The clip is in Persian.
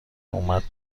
اومد